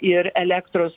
ir elektros